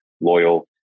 loyal